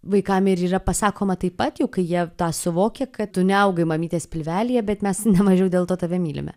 vaikam ir yra pasakoma taip pat juk kai jie tą suvokia kad tu neaugai mamytės pilvelyje bet mes ne mažiau dėl to tave mylime